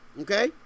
Okay